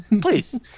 please